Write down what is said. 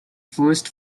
first